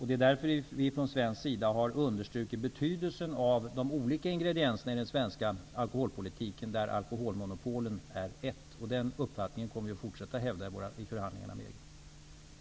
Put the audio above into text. Det är därför som vi från svensk sida har understrukit betydelsen av de olika ingredienserna i den svenska alkoholpolitiken, och alkoholmonopolen är en sådan ingrediens. Den uppfattningen kommer vi att fortsätta att hävda vid förhandlingarna med EG.